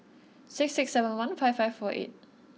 six six seven one five five four eight